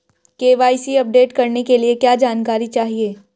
KYC update करने के लिए क्या जानकारी चाहिए?